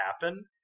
happen